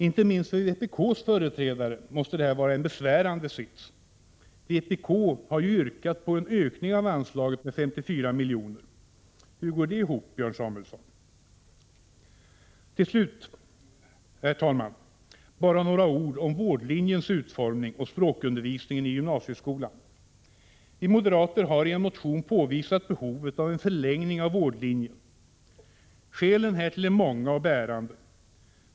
Inte minst för vpk:s företrädare måste detta vara en besvärande sits. Vpk har ju yrkat på en ökning av anslaget med 54 milj.kr. Hur går detta ihop, Björn Samuelson? Till slut, herr talman, bara några ord om vårdlinjens utformning och språkundervisningen i gymnasieskolan. Vi moderater har i en motion påvisat behovet av en förlängning av vårdlinjen. Skälen härtill är många och bärande.